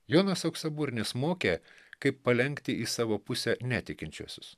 jonas auksaburnis mokė kaip palenkti į savo pusę netikinčiuosius